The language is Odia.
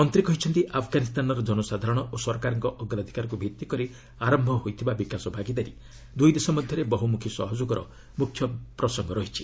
ମନ୍ତ୍ରୀ କହିଛନ୍ତି ଆଫଗାନିସ୍ତାନର ଜନସାଧାରଣ ଓ ସରକାରଙ୍କ ଅଗ୍ରାଧିକାରକୁ ଭିଭିକରି ଆରମ୍ଭ ହୋଇଥିବା ବିକାଶ ଭାଗିଦାରୀ ଦୁଇ ଦେଶ ମଧ୍ୟରେ ବହୁମୁଖୀ ସହଯୋଗର ମ୍ରଖ୍ୟ ବିଷୟ ରହିଛି